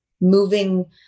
moving